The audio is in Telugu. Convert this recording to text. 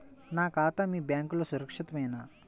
నా ఖాతా మీ బ్యాంక్లో సురక్షితమేనా?